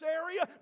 area